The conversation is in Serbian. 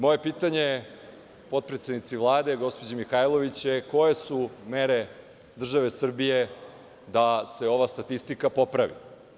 Moje pitanje potpredsednici Vlade, gospođi Mihajlović je – koje su mere države Srbije da se ova statistika popravi?